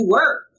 work